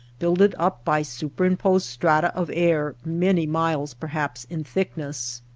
builded up by superim posed strata of air many miles perhaps in thickness.